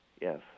Yes